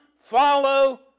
follow